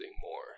more